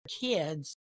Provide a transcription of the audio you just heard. kids